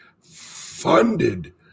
funded